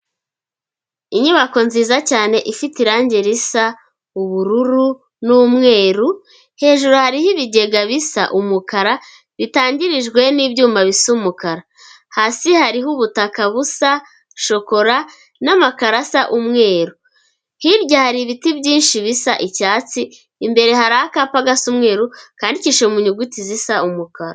Inyubako nziza cyane ifite irangi risa ubururu n'umweru, hejuru hariho ibigega bisa umukara bitangirijwe n'ibyuma bisa umukara, hasi hariho ubutaka busa shokora n'amakarasa umweru, hirya hari ibiti byinshi bisa icyatsi, imbere hari akapa gasa umweru kandikishije mu nyuguti zisa umukara.